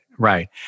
Right